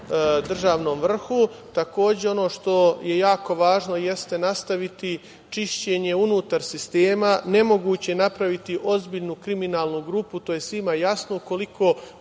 državnom vrhu. Takođe, ono što je jako važno jeste nastaviti čišćenje unutar sistema. Nemoguće je napraviti ozbiljnu kriminalnu grupu, to je svima jasno, ukoliko